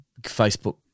Facebook